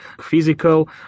physical